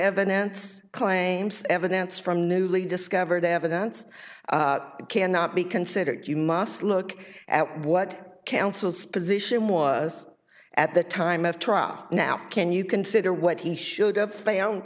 evidence claims evidence from newly discovered evidence cannot be considered you must look at what counsel's position was at the time of trial now can you consider what he should